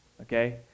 okay